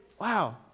wow